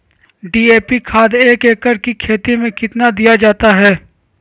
DAP खाद एक एकड़ धान की खेती में कितना दीया जाता है?